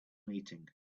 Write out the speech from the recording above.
meeting